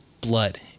blood